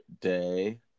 day